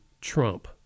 Trump